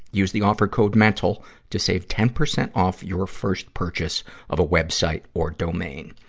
use the offer code mental to save ten percent off your first purchase of a web site or domain.